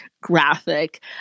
graphic